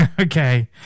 Okay